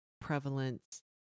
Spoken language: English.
prevalence